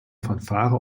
fanfare